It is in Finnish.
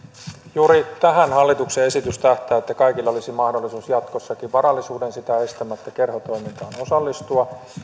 juuri tähän hallituksen esitys tähtää että kaikilla olisi mahdollisuus jatkossakin varallisuuden sitä estämättä kerhotoimintaan osallistua